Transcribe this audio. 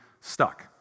stuck